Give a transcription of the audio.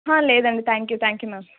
లేదండి thank you thank you ma'am